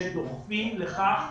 שדוחפים לכך